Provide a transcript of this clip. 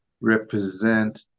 represent